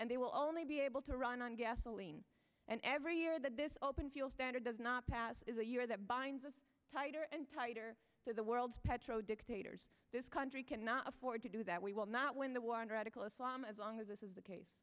and they will only be able to run on gasoline and every year that this open fuel standard does not pass is a year that binds us tighter and tighter to the world's petro dictators this country cannot afford to do that we will not win the war on radical islam as long as this is the case